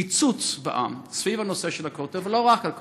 פיצוץ בעם, סביב הנושא של הכותל, ולא רק על הכותל,